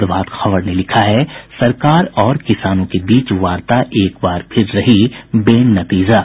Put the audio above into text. प्रभात खबर ने लिखा है सरकार और किसानों के बीच वार्ता एक बार फिर रही बेनतीजा